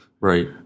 right